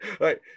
Right